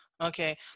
okay